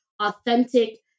authentic